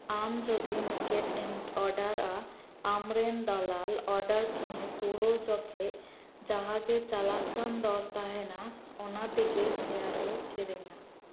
ᱟᱢ ᱡᱩᱫᱤ ᱢᱤᱠᱮᱴ ᱮᱢ ᱚᱰᱟᱨᱟ ᱟᱢ ᱨᱮᱱ ᱫᱟᱞᱟᱞ ᱚᱰᱟᱨ ᱠᱤᱱᱮ ᱯᱩᱨᱟᱹᱣ ᱡᱚᱠᱷᱮᱡ ᱡᱟᱦᱟᱸ ᱜᱮ ᱪᱟᱞᱟᱜ ᱠᱟᱱ ᱫᱚᱨ ᱛᱟᱦᱮᱱᱟ ᱚᱱᱟ ᱛᱮᱜᱮ ᱥᱮᱭᱟᱨᱮ ᱠᱤᱨᱤᱧᱟ